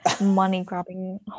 money-grabbing